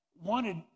wanted